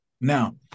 Now